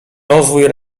rozwój